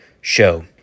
show